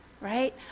Right